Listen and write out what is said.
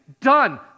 done